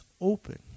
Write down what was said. open